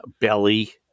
Belly